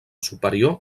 superior